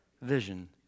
vision